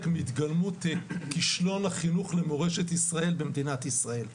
מהתגלמות כישלון החינוך למורשת ישראל במדינת ישראל.